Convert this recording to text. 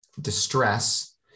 distress